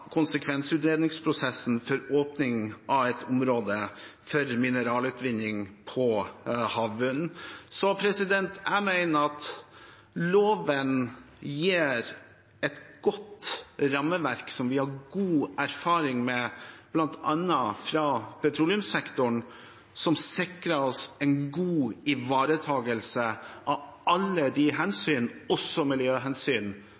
konsekvensutredningsprosessen med tanke på åpning av et område for mineralutvinning på havbunnen. Så jeg mener at loven gir et godt rammeverk som vi har god erfaring med bl.a. fra petroleumssektoren, som sikrer oss en god ivaretagelse av alle de